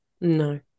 No